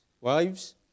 Wives